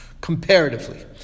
comparatively